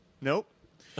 Nope